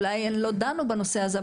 אולי לא דנו בנושא הזה,